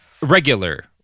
Regular